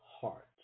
heart